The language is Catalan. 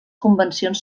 convencions